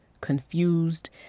confused